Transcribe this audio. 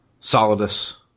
Solidus